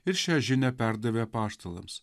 ir šią žinią perdavė apaštalams